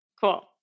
cool